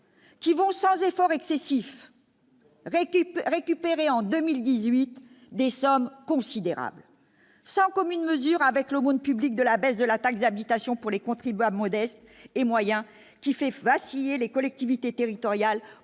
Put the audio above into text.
qui vont sans effort excessif. RECAP récupérés en 2018, des sommes considérables, sans commune mesure avec l'aumône publique de la baisse de la taxe d'habitation pour les contribuables modestes et moyens qui fait vaciller les collectivités territoriales,